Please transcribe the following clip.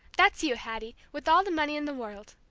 that's you, hattie, with all the money in the world.